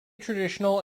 traditional